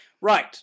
Right